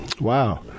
wow